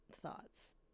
thoughts